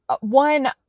One